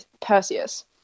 Perseus